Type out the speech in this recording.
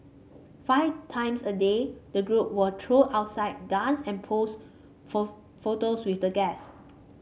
five times a day the group will trot outside dance and pose for photos with the guests